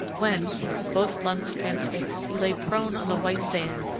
when, with both lungs transfixed, he lay prone on the white sand,